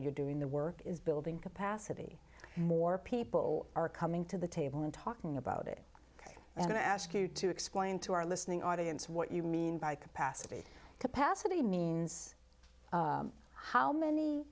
you're doing the work is building capacity more people are coming to the table and talking about it and i ask you to explain to our listening audience what you mean by capacity capacity means how many